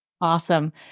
Awesome